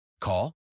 Call